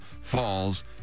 falls